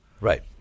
Right